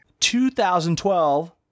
2012